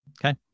Okay